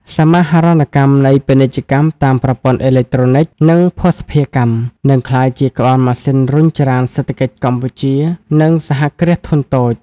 សមាហរណកម្មនៃពាណិជ្ជកម្មតាមប្រព័ន្ធអេឡិចត្រូនិក និងភស្តុភារកម្ម នឹងក្លាយជាក្បាលម៉ាស៊ីនរុញច្រានសេដ្ឋកិច្ចគ្រួសារ និងសហគ្រាសធុនតូច។